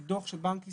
דו"ח של בנק ישראל,